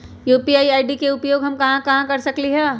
UPI ID के उपयोग हम कहां कहां कर सकली ह?